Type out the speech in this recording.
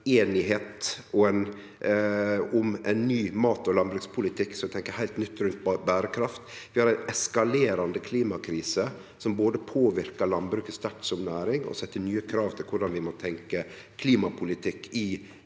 FN-einigheit om ein ny mat- og landbrukspolitikk der ein tenkjer heilt nytt rundt berekraft, og vi har ei eskalerande klimakrise som både påverkar landbruket sterkt som næring og set nye krav til korleis vi må tenkje klimapolitikk i